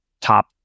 top